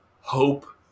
hope